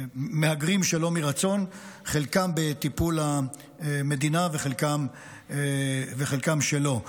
מהגרים שלא מרצון, חלקם בטיפול המדינה וחלקם שלא.